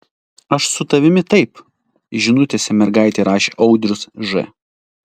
aš su tavimi taip žinutėse mergaitei rašė audrius ž